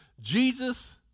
Jesus